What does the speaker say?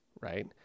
right